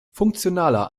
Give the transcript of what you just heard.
funktionaler